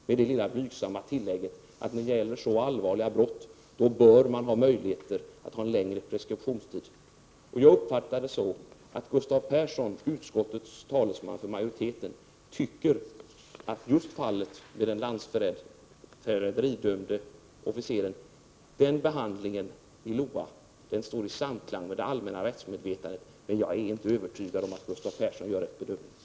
Det kan då ske med det blygsamma tillägget att man när det gäller så allvarliga brott bör ha en längre preskriptionstid. Jag uppfattar det som att Gustav Persson, utskottsmajoritetens talesman, tycker att behandlingen i LOA av just fallet med den landsförräderidömde officeren står i samklang med det allmänna rättsmedvetandet. Jag är inte övertygad om att Gustav Persson gör en riktig bedömning.